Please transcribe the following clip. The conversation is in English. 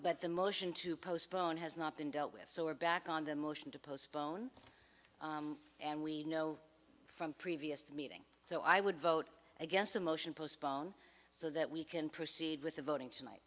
but the motion to postpone has not been dealt with so we are back on the motion to postpone and we know from previous meeting so i would vote against a motion postpone so that we can proceed with the voting tonight